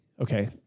okay